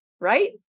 Right